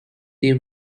they